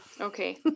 Okay